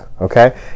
Okay